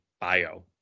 bio